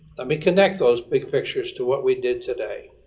we connect those big pictures to what we did today.